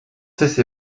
cesse